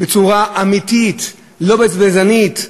בצורה אמיתית, לא בזבזנית,